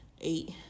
eight